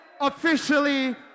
officially